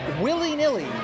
willy-nilly